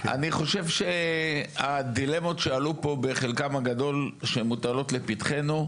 אני חושב שהדילמות שעלו כאן, שמוטלות לפתחנו,